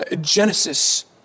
Genesis